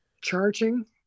charging